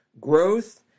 growth